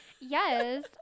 Yes